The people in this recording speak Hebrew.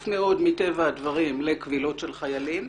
מאוד מטבע הדברים לקבילות של חיילים.